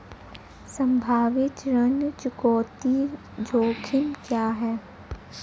संभावित ऋण चुकौती जोखिम क्या हैं?